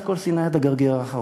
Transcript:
והוא מסר את כל סיני עד הגרגר האחרון.